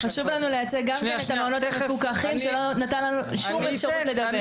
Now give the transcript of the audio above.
חשוב לנו לייצג גם את המעונות המפוקחים שלא נתן לנו שום אפשרות לדבר.